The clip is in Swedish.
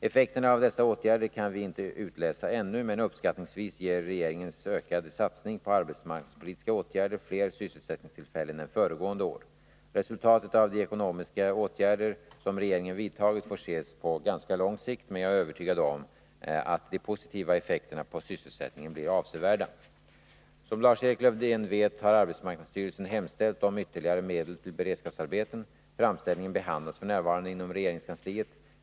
Effekterna av dessa åtgärder kan vi inte utläsa ännu, men uppskattningsvis ger regeringens ökade satsning på arbetsmarknadspolitiska åtgärder fler sysselsättningstillfällen än föregående år. Resultatet av de ekonomiska åtgärder som regeringen vidtagit får ses på ganska lång sikt, men jag är övertygad om att de positiva effekterna på sysselsättningen blir avsevärda. Som Lars-Erik Lövdén vet har arbetsmarknadsstyrelsen hemställt om ytterligare medel till beredskapsarbeten. Framställningen behandlas f.n. inom regeringskansliet.